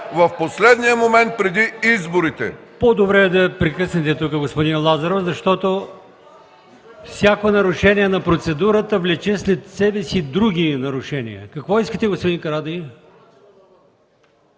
в последния момент преди изборите.